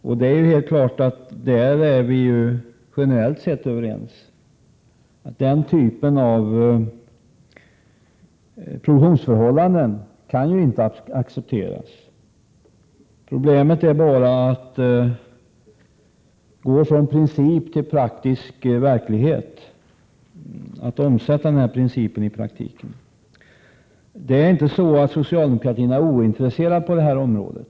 Generellt sett är vi självfallet överens, dvs. om att den typen av produktionsförhållanden inte kan accepteras. Problemet är bara att omsätta principen i praktiken. Socialdemokratin är inte ointresserad på detta område.